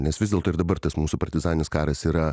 nes vis dėlto ir dabar tas mūsų partizaninis karas yra